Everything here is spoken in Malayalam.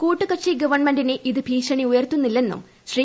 കൂട്ടുകക്ഷി ഗവൺമെന്റിനു ഇത് ഭീഷണി ഉയർത്തുന്നില്ല എന്നും ശ്രീ